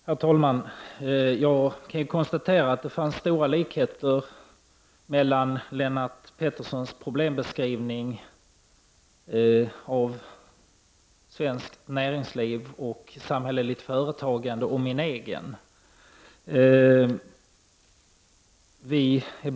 Herr talman! Jag kan konstatera att det finns stora likheter mellan Lennart Petterssons problembeskrivning av svenskt näringsliv och samhälleligt företagande och min egen beskrivning.